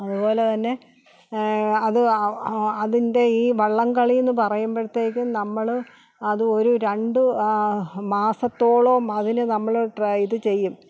അതുപോലെ തന്നെ അത് അതിന്റെ ഈ വള്ളംകളി എന്ന് പറയുമ്പോഴത്തേക്ക് നമ്മൾ അത് ഒരു രണ്ട് മാസത്തോളവും അതി നമ്മൾ ട്രൈ ഇത് ചെയ്യും